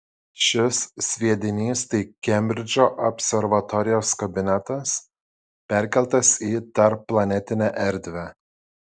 šis sviedinys tai kembridžo observatorijos kabinetas perkeltas į tarpplanetinę erdvę